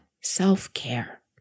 self-care